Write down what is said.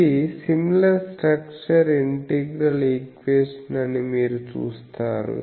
ఇది similar structure integral equation అని మీరు చూస్తారు